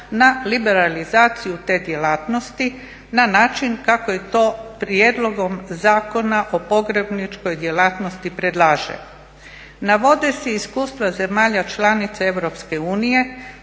na liberalizaciju te djelatnosti na način kako je to Prijedlogom zakona o pogrebničkoj djelatnosti predlaže. Navode se iskustva zemalja članica EU,